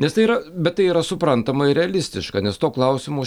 nes tai yra bet tai yra suprantama ir realistiška nes to klausimo